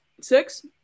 Six